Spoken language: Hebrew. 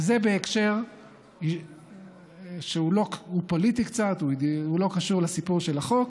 זה בהקשר שהוא פוליטי קצת והוא לא קשור לסיפור של החוק.